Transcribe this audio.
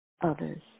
others